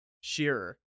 Shearer